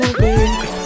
baby